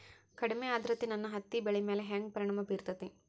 ಕಡಮಿ ಆದ್ರತೆ ನನ್ನ ಹತ್ತಿ ಬೆಳಿ ಮ್ಯಾಲ್ ಹೆಂಗ್ ಪರಿಣಾಮ ಬಿರತೇತಿ?